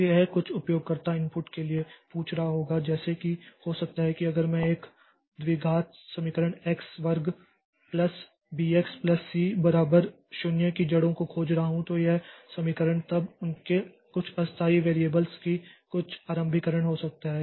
तो यह कुछ उपयोगकर्ता इनपुट के लिए पूछ रहा होगा जैसे कि हो सकता है कि अगर मैं एक द्विघात समीकरण x वर्ग प्लस bx प्लस c बराबर 0 की जड़ों को खोज रहा हूं तो यह समीकरण तब उनके कुछ अस्थायी वेरिएबल्स की कुछ आरंभीकरण हो सकता है